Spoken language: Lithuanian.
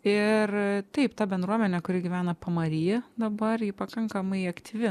ir taip ta bendruomenė kuri gyvena pamary dabar ji pakankamai aktyvi